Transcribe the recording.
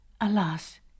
Alas